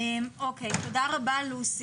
תודה רבה לך.